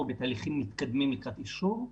או שהן בתהליכים מתקדמים לקראת אישור.